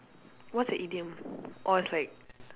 what's a idiom orh it's like